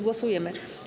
Głosujemy.